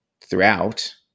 throughout